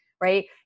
right